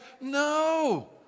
No